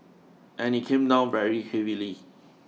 and it came down very heavily